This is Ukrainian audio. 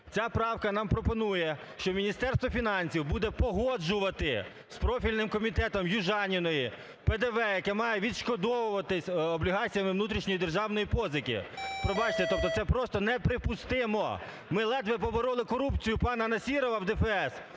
Ця правка нам пропонує, що Міністерство фінансів буде погоджувати з профільним комітетом Южаніної ПДВ, яке має відшкодовуватись облігаціями внутрішньої державної позики. Пробачте, тобто це просто неприпустимо. Ми ледве побороли корупцію пана Насірова в ДФС